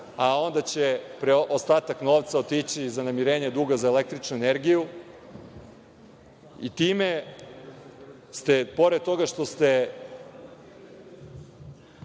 a onda će ostatak novca otići za namirenje duga za električnu energiju i time ste, pored toga što ste